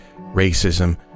racism